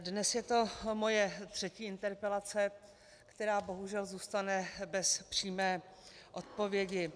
Dnes je to moje třetí interpelace, která bohužel zůstane bez přímé odpovědi.